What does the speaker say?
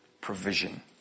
provision